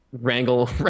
wrangle